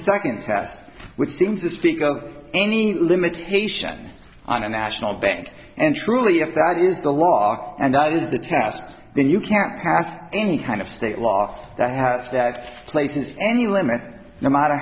test which seems to speak of any limitation on a national bank and truly if that is the law and that is the task then you can't pass any kind of state law that i have that places any limit no matter